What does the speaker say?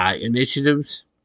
initiatives